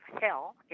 hell